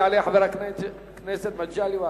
יעלה חבר הכנסת מגלי והבה.